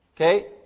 Okay